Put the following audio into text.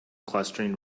clustering